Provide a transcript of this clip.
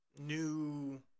new